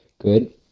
Good